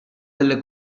delle